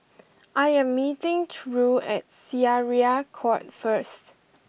I am meeting Ture at Syariah Court first